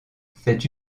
cette